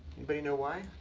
anybody know why?